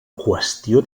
qüestió